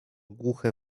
głuche